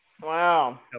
Wow